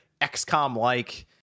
XCOM-like